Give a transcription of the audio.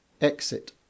Exit